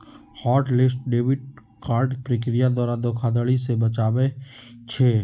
hot list debit card प्रक्रिया द्वारा धोखाधड़ी से बचबइ छै